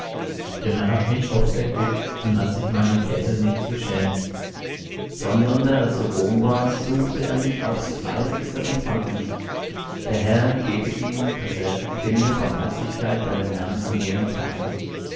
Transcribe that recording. denn er hat mich oft erquickt und hat sich meiner kette nicht geschämt sondern da er zu rom war suchte er mich aufs fleißigste und fand mich der herr gebe ihm daß er finde barmherzigkeit bei dem herrn an jenem tage